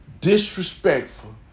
disrespectful